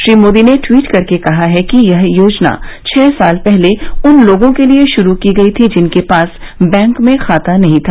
श्री मोदी ने ट्वीट कर कहा है कि यह योजना छह साल पहले उन लोगों के लिए शुरू की गई थी जिनके पास बैंक में खाता नहीं था